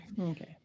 Okay